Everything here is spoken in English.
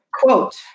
quote